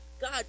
God